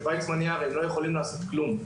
אבל הם לא יכולים לעשות כלום.